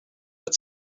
had